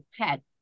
pet